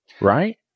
Right